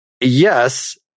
Yes